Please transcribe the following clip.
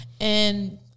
and-